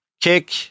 kick